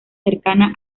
cercana